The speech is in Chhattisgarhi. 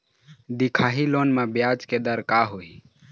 दिखाही लोन म ब्याज के दर का होही?